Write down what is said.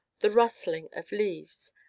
the rustling of leaves,